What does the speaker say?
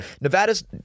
Nevada's